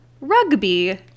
rugby